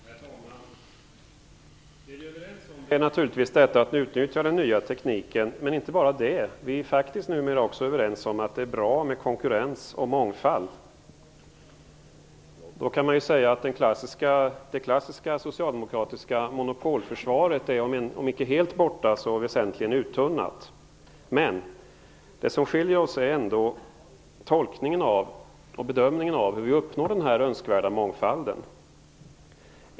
Herr talman! Det vi är överens om är naturligtvis detta om att utnyttja den nya tekniken. Men inte bara det: Vi är faktiskt numera också överens om att det är bra med konkurrens och mångfald. Man kan säga att det klassiska socialdemokratiska monopolförsvaret är om icke helt borta, så väsentligen uttunnat. Det som ändå skiljer oss åt är tolkningen och bedömningen av hur vi uppnår den önskvärda mångfalden.